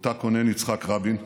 שאותה כונן יצחק רבין.